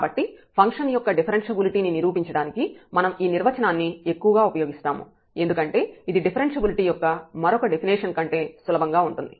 కాబట్టి ఫంక్షన్ యొక్క డిఫరెన్ష్యబిలిటీ ని నిరూపించడానికి మనం ఈ నిర్వచనాన్ని ఎక్కువగా ఉపయోగిస్తాము ఎందుకంటే ఇది డిఫరెన్ష్యబిలిటీ యొక్క మరొక డెఫినేషన్ కంటే సులభంగా ఉంటుంది